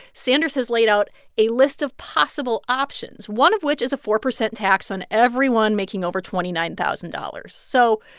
sanders has laid out a list of possible options, one of which is a four percent tax on everyone making over twenty nine thousand dollars. so.